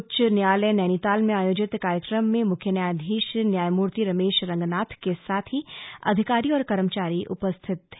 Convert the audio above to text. उच्च न्यायालय नैनीताल में आयोजित कार्यक्रम में मुख्य न्यायधीश न्यायमूर्ति रमेश रंगनाथ के साथ ही अधिकारी और कर्मचारी उपस्थित थे